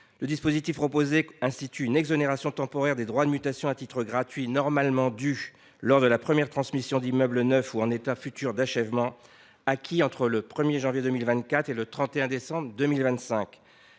Le dispositif proposé tend à instituer une exonération temporaire des droits de mutation à titre gratuit (DMTG), normalement dus lors de la première transmission d’immeubles neufs ou en état futur d’achèvement, pour des biens acquis entre le 1 janvier 2024 et le 31 décembre 2025.